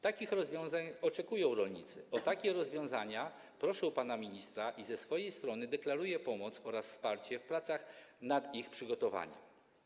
Takich rozwiązań oczekują rolnicy, o takie rozwiązania proszę pana ministra i ze swojej strony deklaruję pomoc oraz wsparcie w pracach nad ich przygotowaniem.